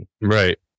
Right